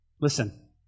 Listen